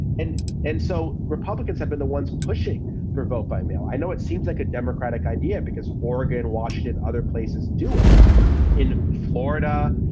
and and so republicans have been the ones pushing for vote by mail. i know it seems like a democratic idea. because oregon and washington, other places do it. but in florida,